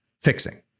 fixing